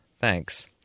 Thanks